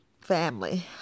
family